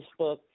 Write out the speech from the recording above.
Facebook